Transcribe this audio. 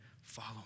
follow